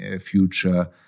future